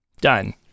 done